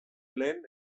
lehen